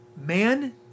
man